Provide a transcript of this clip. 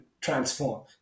transform